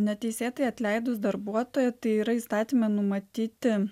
neteisėtai atleidus darbuotoją tai yra įstatyme numatyti